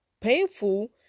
painful